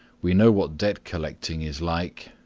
we know what debt-collecting is like.